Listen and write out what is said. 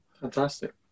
Fantastic